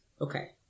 Okay